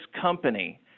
company